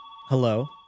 hello